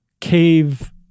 cave